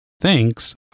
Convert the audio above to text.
thanks